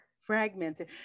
Fragmented